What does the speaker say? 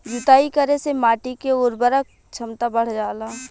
जुताई करे से माटी के उर्वरक क्षमता बढ़ जाला